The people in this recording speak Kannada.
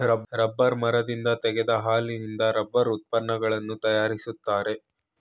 ರಬ್ಬರ್ ಮರದಿಂದ ತೆಗೆದ ಹಾಲಿನಿಂದ ರಬ್ಬರ್ ಉತ್ಪನ್ನಗಳನ್ನು ತರಯಾರಿಸ್ತರೆ